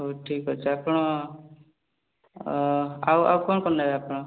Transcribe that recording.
ହଉ ଠିକ୍ ଅଛି ଆପଣ ଆଉ ଆଉ କ'ଣ କ'ଣ ନେବେ ଆପଣ